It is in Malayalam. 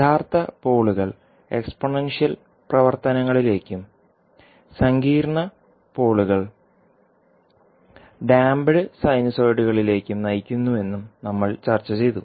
യഥാർത്ഥ പോളുകൾ എക്സ്പോണൻഷ്യൽ പ്രവർത്തനങ്ങളിലേക്കും സങ്കീർണ്ണ പോളുകൾ ഡാംപ്ഡ് സിനുസോയിഡുകളിലേക്കും നയിക്കുന്നുവെന്നും നമ്മൾ ചർച്ചചെയ്തു